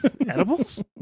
Edibles